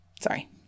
Sorry